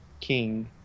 king